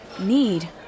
need